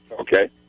Okay